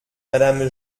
madame